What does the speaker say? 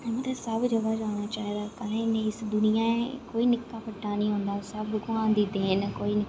सब जगह जाना चाहिदा इस दुनिया च कोई निक्का बड़ा नेईं होंदा सब भगवान दी देन ना कोई